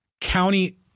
county